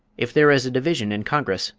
if there is a division in congress,